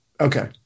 okay